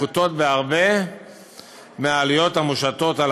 "פחותות בהרבה מהעלויות המושתות על